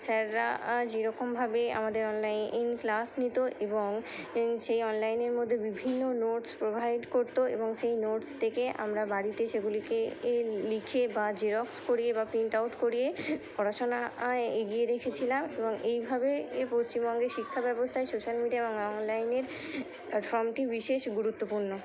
স্যাররা যেরকমভাবে আমাদের অনলাইন ক্লাস নিত এবং সেই অনলাইনের মধ্যে বিভিন্ন নোটস প্রোভাইড করতো এবং সেই নোটস থেকে আমরা বাড়িতে সেগুলিকে এ লিখে বা জেরক্স করিয়ে বা প্রিন্ট আউট করিয়ে পড়াশোনা এগিয়ে রেখেছিলাম এবং এইভাবে এ পশ্চিমবঙ্গের শিক্ষা্যবস্থায় সোশ্যাল মিডিয়া এবং অনলাইনের প্ল্যাটফর্মটি বিশেষ গুরুত্বপূর্ণ